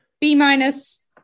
B-minus